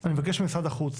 אני מבקש ממשרד החוץ